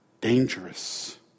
dangerous